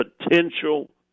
potential